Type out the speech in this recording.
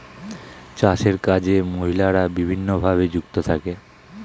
চাষের কাজে মহিলারা বিভিন্নভাবে যুক্ত থাকে